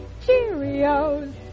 Cheerios